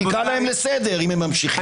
תקרא להם לסדר אם הם ממשיכים.